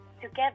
together